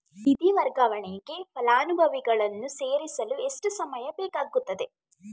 ನಿಧಿ ವರ್ಗಾವಣೆಗೆ ಫಲಾನುಭವಿಗಳನ್ನು ಸೇರಿಸಲು ಎಷ್ಟು ಸಮಯ ಬೇಕಾಗುತ್ತದೆ?